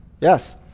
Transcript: yes